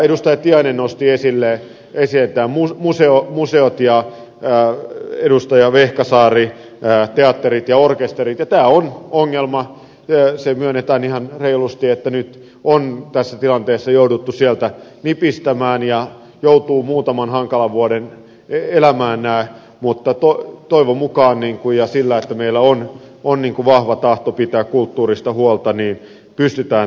edustaja tiainen nosti esille nämä museot ja edustaja vehkaperä teatterit ja orkesterit ja tämä on ongelma se myönnetään ihan reilusti että nyt on tässä tilanteessa jouduttu sieltä nipistämään ja nämä joutuvat muutaman hankalan vuoden elämään mutta toivon mukaan ja sillä että meillä on vahva tahto pitää kulttuurista huolta pystytään näistä huolehtimaan